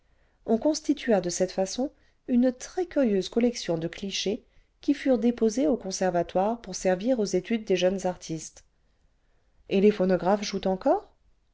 on constitua de cette façon une très curieuse collection de clichés qui furent déposés au conservatoire pour servir aux études des jeunes artistes et les phonographes jouent encore